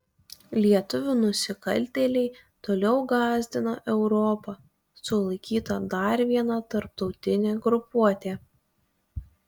lietuvių nusikaltėliai toliau gąsdina europą sulaikyta dar viena tarptautinė grupuotė